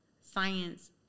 science